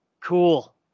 cool